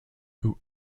who